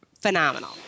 Phenomenal